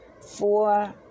four